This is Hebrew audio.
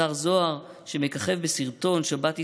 השר זוהר, שמככב בסרטון שבת ישראלית,